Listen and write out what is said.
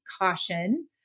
caution